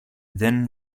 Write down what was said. then